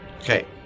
Okay